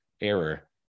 error